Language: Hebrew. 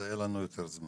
אז היה לנו יותר זמן.